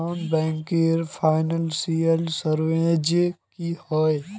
Non banking financial services की होय?